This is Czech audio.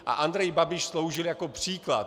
A Andrej Babiš sloužil jako příklad.